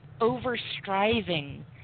over-striving